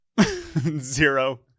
Zero